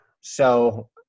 So-